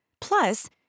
Plus